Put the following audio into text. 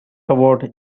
about